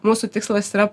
mūsų tikslas yra